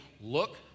look